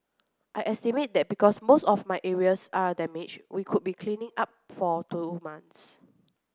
I estimate that because most of my areas are damaged we could be cleaning up for two months